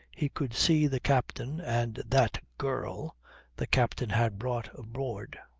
he could see the captain and that girl the captain had brought aboard.